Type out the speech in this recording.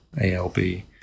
A-L-B